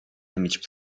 image